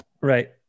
Right